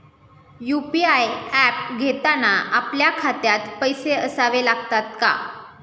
UPI app घेताना आपल्या खात्यात पैसे असावे लागतात का?